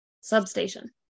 Substation